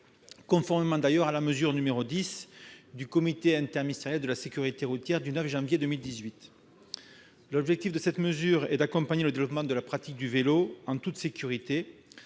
conformément, d'ailleurs, à la mesure n° 10 du comité interministériel de la sécurité routière du 9 janvier 2018. L'objectif de cette mesure est d'accompagner le développement de la pratique du vélo en toute sécurité.